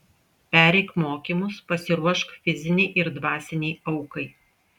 pereik mokymus pasiruošk fizinei ir dvasinei aukai